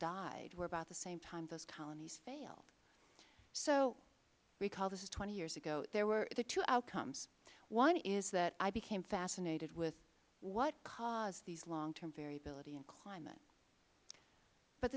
died were about the same time as those colonies failed so recall this is twenty years ago there were two outcomes one is that i became fascinated with what caused this long term variability in climate but